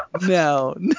No